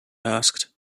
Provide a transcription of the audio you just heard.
asked